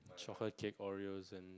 chocolate cake Oreo's and